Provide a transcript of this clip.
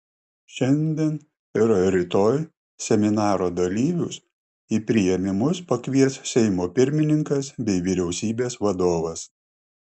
šiandien ir rytoj seminaro dalyvius į priėmimus pakvies seimo pirmininkas bei vyriausybės vadovas